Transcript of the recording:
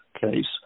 case